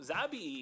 Zabi